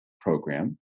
program